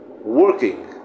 working